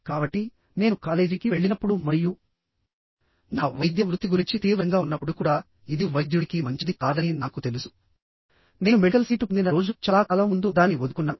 కాబట్టి నేను కాలేజీకి వెళ్ళినప్పుడు మరియు నా వైద్య వృత్తి గురించి తీవ్రంగా ఉన్నప్పుడు కూడా ఇది వైద్యుడికి మంచిది కాదని నాకు తెలుసునేను మెడికల్ సీటు పొందిన రోజు చాలా కాలం ముందు దానిని వదులుకున్నాను